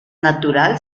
natural